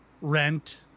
rent